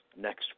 next